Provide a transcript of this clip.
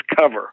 cover